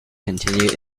continued